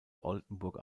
oldenburg